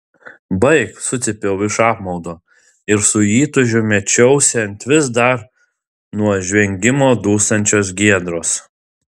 baik sucypiau iš apmaudo ir su įtūžiu mečiausi ant vis dar nuo žvengimo dūstančios giedros